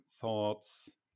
thoughts